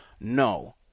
No